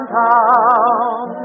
town